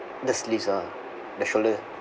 the sleeves ah the shoulder